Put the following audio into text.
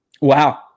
wow